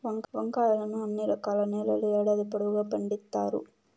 వంకాయలను అన్ని రకాల నేలల్లో ఏడాది పొడవునా పండిత్తారు